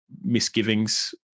misgivings